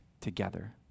together